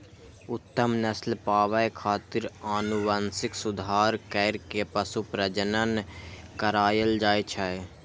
उत्तम नस्ल पाबै खातिर आनुवंशिक सुधार कैर के पशु प्रजनन करायल जाए छै